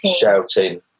shouting